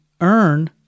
earn